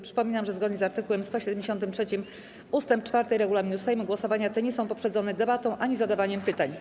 Przypominam, że zgodnie z art. 173 ust. 4 regulaminu Sejmu głosowania te nie są poprzedzone debatą ani zadawaniem pytań.